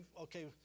okay